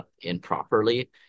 improperly